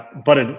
but, and